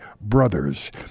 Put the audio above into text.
brothers